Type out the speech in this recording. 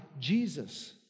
Jesus